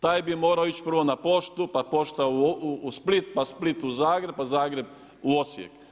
Taj bi morao ići prvo na poštu, pa pošta u Split, pa Split u Zagreb, pa Zagreb u Osijek.